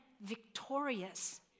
victorious